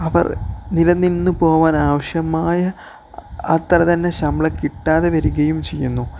അവർക്ക് നിലനിന്നുപോകാന് ആവശ്യമായ അത്രതന്നെ ശമ്പളം കിട്ടാതെ വരികയും ചെയ്യുന്നു